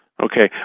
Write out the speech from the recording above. Okay